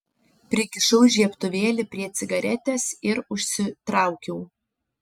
prikišau žiebtuvėlį prie cigaretės ir užsitraukiau